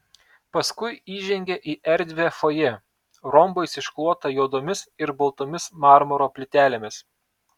paskui įžengė į erdvią fojė rombais išklotą juodomis ir baltomis marmuro plytelėmis